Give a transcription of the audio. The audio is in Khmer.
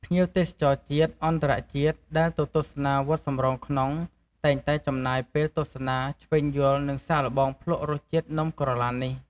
ភ្ញៀវទេសចរជាតិ អន្តរជាតិ ដែលទៅទស្សនាវត្តសំរោងក្នុង តែងតែចំណាយពេលទស្សនា ឈ្វេងយល់ និងសាកល្បងភ្លក្សរសជាតិនំក្រឡាននេះ។